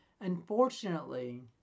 Unfortunately